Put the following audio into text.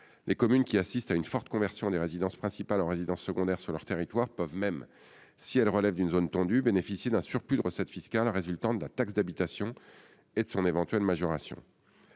Celles qui assistent à une forte conversion des résidences principales en résidences secondaires sur leur territoire peuvent même, si elles relèvent d'une zone tendue, bénéficier d'un surplus de recettes fiscales résultant de la taxe d'habitation et de son éventuelle majoration.